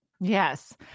Yes